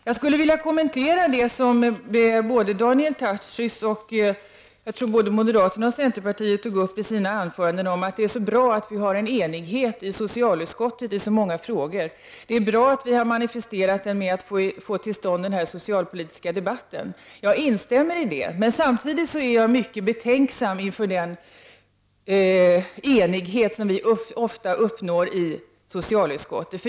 Jag skulle vilja kommentera det som Daniel Tarschys och, tror jag, både moderaterna och centerpartiets företrädare tog upp i sina anföranden, nämligen att det är så bra att vi har en enighet i socialutskottet i så många frågor och att det är bra att vi har manifesterat den genom att få till stånd den här socialpolitiska debatten. Jag instämmer i det. Men samtidigt är jag mycket betänksam inför den enighet som vi ofta uppnår i socialutskottet.